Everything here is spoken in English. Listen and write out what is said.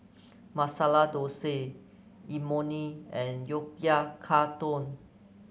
Masala Dosa Imoni and Oyakodon